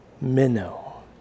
Minnow